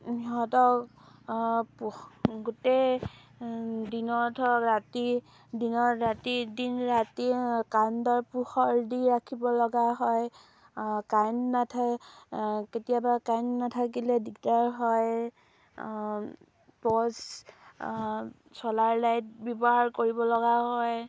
সিহঁতক গোটেই দিনত হওক ৰাতি দিনত ৰাতি দিন ৰাতি কাৰেন্টৰ পোহৰ দি ৰাখিব লগা হয় কাৰেণ্ট নাথাক কেতিয়াবা কাৰেন্ট নাথাকিলে দিগদাৰ হয় টৰ্চ ছ'লাৰ লাইট ব্যৱহাৰ কৰিব লগা হয়